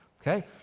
Okay